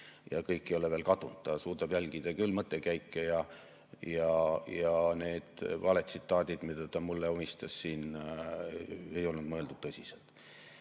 ja kõik ei ole veel kadunud, ta suudab jälgida küll mõttekäike ja need valetsitaadid, mida ta mulle omistas, ei olnud mõeldud tõsiselt.